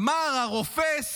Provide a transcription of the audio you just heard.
אמר הרופס